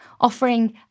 offering